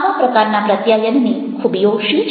આવા પ્રકારના પ્રત્યાયનની ખૂબીઓ શી છે